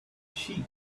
sheep